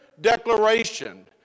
declaration